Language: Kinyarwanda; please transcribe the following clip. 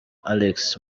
alex